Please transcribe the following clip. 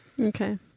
Okay